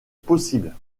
possible